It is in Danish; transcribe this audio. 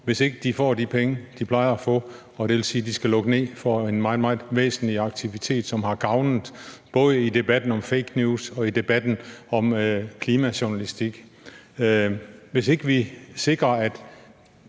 hvis ikke de får de penge, de plejer at få, hvilket vil sige, at de skal lukke ned for en meget, meget væsentlig aktivitet, som har været til gavn både i debatten om fake news og i debatten om klimajournalistik? Hvis ikke vi sikrer, at